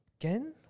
again